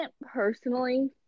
personally